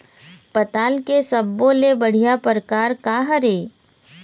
पताल के सब्बो ले बढ़िया परकार काहर ए?